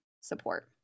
support